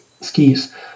skis